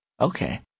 Okay